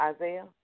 Isaiah